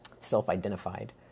self-identified